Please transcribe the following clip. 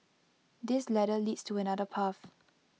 this ladder leads to another path